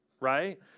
right